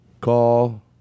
Call